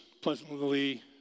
pleasantly